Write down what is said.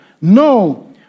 No